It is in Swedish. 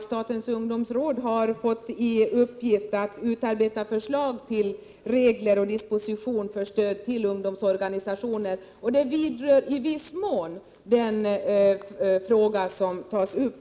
Statens ungdomsråd har nu fått i uppgift att utarbeta förslag till regler och Prot. 1987/88:118 disposition beträffande stöd till ungdomsorganisationer. Detta arbete vidrör 10 maj 1988 i viss mån den fråga som här tas upp.